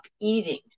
eating